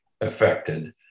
affected